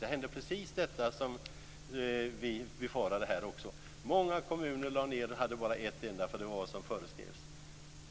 Där hände precis det som vi befarade skulle hända här också. Många kommuner lade ned och hade bara ett enda bibliotek eftersom det var vad som föreskrevs.